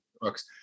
books